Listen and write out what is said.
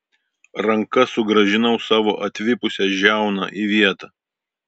ranka sugrąžinau savo atvipusią žiauną į vietą